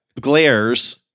glares